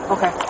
Okay